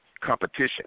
competition